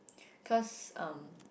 cause um